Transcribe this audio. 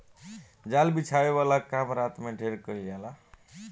जाल बिछावे वाला काम रात में ढेर कईल जाला